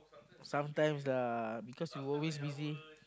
sometimes lah because you always busy